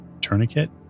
tourniquet